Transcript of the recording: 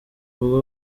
ubwo